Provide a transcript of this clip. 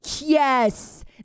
Yes